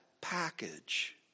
package